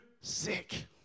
sick